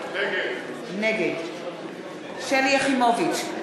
נגד שלי יחימוביץ,